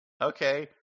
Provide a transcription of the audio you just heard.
okay